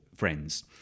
Friends